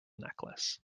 necklace